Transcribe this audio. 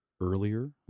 earlier